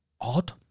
odd